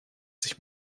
sich